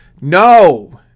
No